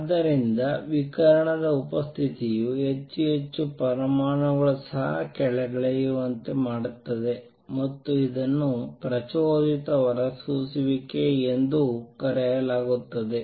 ಆದ್ದರಿಂದ ವಿಕಿರಣದ ಉಪಸ್ಥಿತಿಯು ಹೆಚ್ಚು ಹೆಚ್ಚು ಪರಮಾಣುಗಳು ಸಹ ಕೆಳಗಿಳಿಯುವಂತೆ ಮಾಡುತ್ತದೆ ಮತ್ತು ಇದನ್ನು ಪ್ರಚೋದಿತ ಹೊರಸೂಸುವಿಕೆ ಎಂದು ಕರೆಯಲಾಗುತ್ತದೆ